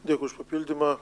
dėkui už papildymą